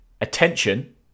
attention